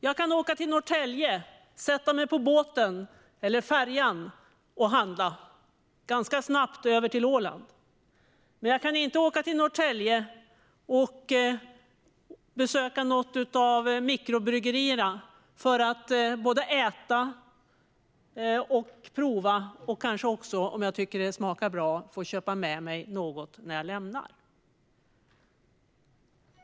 Jag kan åka till Norrtälje och sätta mig på färjan till Åland och handla, men jag kan inte åka till Norrtälje och besöka något av mikrobryggerierna för att äta och prova och kanske också, om jag tycker att det smakar bra, få köpa med mig något innan jag åker därifrån.